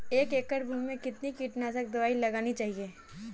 एक एकड़ भूमि में कितनी कीटनाशक दबाई लगानी चाहिए?